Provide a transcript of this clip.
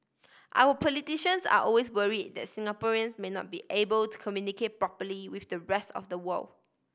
our politicians are always worry that Singaporeans may not be able to communicate properly with the rest of the world